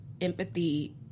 empathy